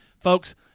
Folks